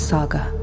Saga